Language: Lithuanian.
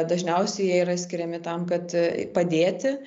dažniausiai jie yra skiriami tam kad padėti